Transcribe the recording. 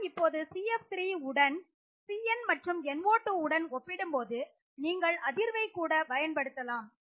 நான் இப்போது CF3 உடன் CN மற்றும் NO2 உடன் ஒப்பிடும்போது நீங்கள் அதிர்வை கூட பயன்படுத்தலாம்